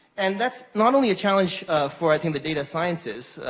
and that's, not only a challenge for, i think, the data scientists,